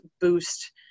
boost